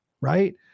right